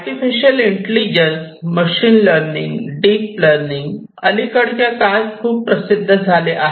artificial intelligence machine learning deep learning अलीकडच्या काळात खूप प्रसिद्ध झाले आहे